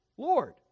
Lord